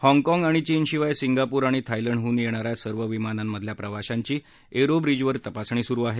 हाँगकाँग आणि चीनशिवाय सिंगापूर आणि थायलंडहन येणाऱ्या सर्व विमानांमधल्या प्रवाशांची एरो ब्रिजवर तपासणी सुरू आहे